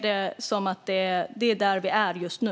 Det är där vi är just nu.